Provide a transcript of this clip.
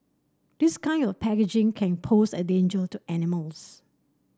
this kind of packaging can pose a danger to animals